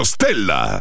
Stella